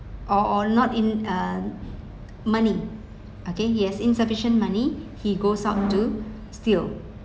or or not in uh money okay he has insufficient money he goes out to steal